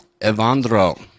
Evandro